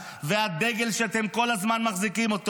והדגל שאתם כל הזמן מחזיקים.